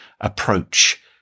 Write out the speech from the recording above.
approach